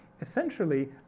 essentially